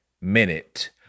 minute